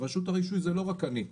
רשות הרישוי זה לא רק אני.